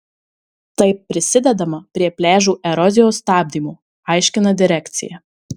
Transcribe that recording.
taip prisidedama prie pliažų erozijos stabdymo aiškina direkcija